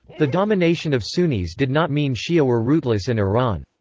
the domination of sunnis did not mean shia were rootless in iran.